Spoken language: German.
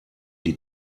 die